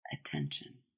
attention